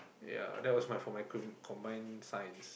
ya that was my for my com~ combined science